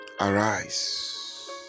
Arise